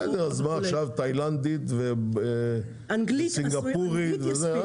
בשפה האנגלית, זה יספיק.